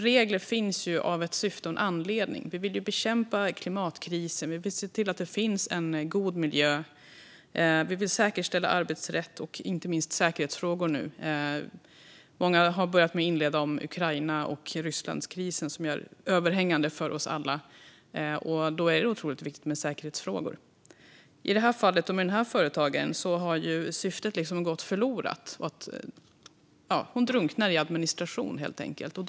Regler finns av en anledning - vi vill bekämpa klimatkrisen, vi vill se till att det finns en god miljö och vi vill säkerställa arbetsrätt och inte minst säkerhetsfrågor. Många har inlett sina anföranden här med att tala om Ukraina och Rysslandskrisen som är överhängande för oss alla, och det är otroligt viktigt med säkerhetsfrågor. I fallet med företagaren jag berättade om har syftet gått förlorat. Hon drunknar helt enkelt i administration.